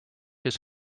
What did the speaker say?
his